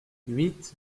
huit